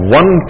one